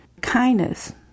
kindness